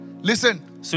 listen